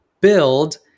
build